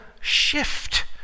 shift